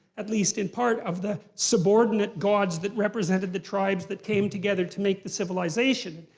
at least in part, of the subordinate gods that represented the tribes that came together to make the civilization.